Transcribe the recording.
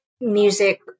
music